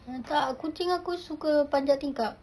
ah tak kucing aku suka panjat tingkap